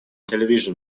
television